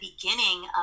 beginning